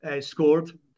scored